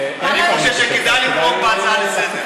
אני חושב שכדאי לתמוך בהצעה לסדר.